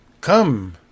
come